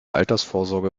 altersvorsorge